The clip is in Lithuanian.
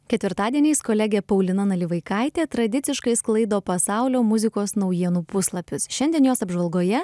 ketvirtadieniais kolegė paulina nalivaikaitė tradiciškai sklaido pasaulio muzikos naujienų puslapius šiandien jos apžvalgoje